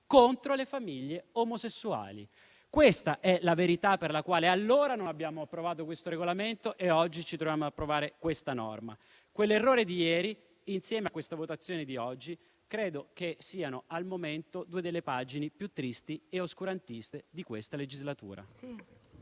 contro le famiglie omosessuali. Questa è la verità per la quale allora non abbiamo approvato questo regolamento e oggi ci troviamo ad approvare questa norma. Quell'errore di ieri, insieme a questa votazione di oggi, credo che siano - al momento - due delle pagine più tristi e oscurantiste di questa legislatura.